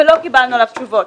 ולא קיבלנו עליו תשובות.